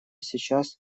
сейчас